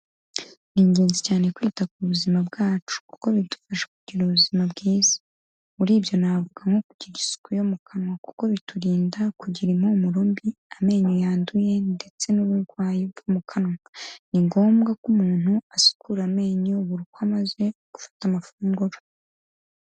Ni ingenzi cyane kwita ku buzima bwacu, kuko bidufasha kugira ubuzima bwiza. Muri ibyo navuga nko kugira isuku yo mu kanwa kuko biturinda kugira impumuro mbi, amenyo yanduye ndetse n'uburwayi bwo mu kanwa. Ni ngombwa ko umuntu asukura amenyo buri uko amaze gufata amafunguro.